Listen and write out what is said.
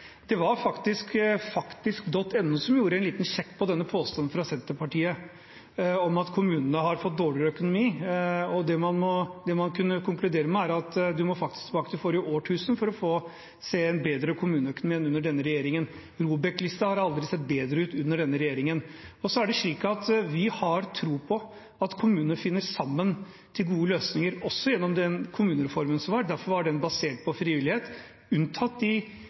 Det var faktisk faktisk.no som gjorde en liten sjekk av denne påstanden fra Senterpartiet om at kommunene har fått dårligere økonomi, og det man kunne konkludere med, er at man faktisk må tilbake til forrige årtusen for å se en bedre kommuneøkonomi enn under denne regjeringen. ROBEK-listen har aldri sett bedre ut enn under denne regjeringen. Vi har tro på at kommunene finner sammen om gode løsninger, også gjennom den kommunereformen som var. Derfor var den basert på frivillighet, unntatt i